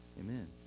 Amen